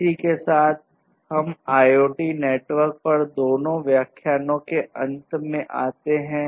इसी के साथ हम IoT नेटवर्क पर दोनों व्याख्यानो के अंत में आते हैं